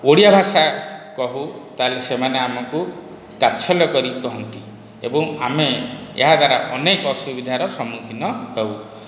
ଓଡ଼ିଆ ଭାଷା କହୁ ତାହେଲେ ସେମାନେ ଆମକୁ ତାତ୍ସଲ୍ୟ କରି କୁହନ୍ତି ଏବଂ ଆମେ ଏହାଦ୍ୱାରା ଅନେକ ଅସୁବିଧାର ସମ୍ମୁଖୀନ ହେଉ